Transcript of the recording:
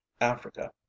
Africa